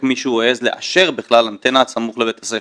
מישהו העז לאשר בכלל אנטנה סמוך לבית הספר.